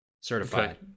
Certified